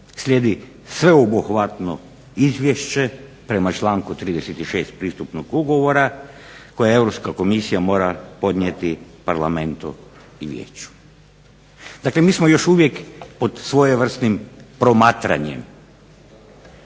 slijedi sveobuhvatno izvješće prema članku 36. Pristupnog ugovora koje Europska komisija mora podnijeti Parlamentu i Vijeću. Dakle, mi smo još uvijek pod svojevrsnim promatranjem.